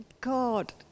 God